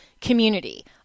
community